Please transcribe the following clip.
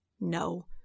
No